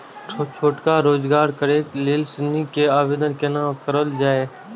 छोटका रोजगार करैक लेल ऋण के आवेदन केना करल जाय?